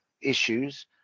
issues